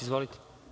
Izvolite.